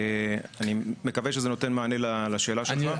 אני מקווה שזה נותן מענה לשאלה שלך.